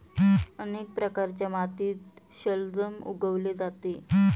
अनेक प्रकारच्या मातीत शलजम उगवले जाते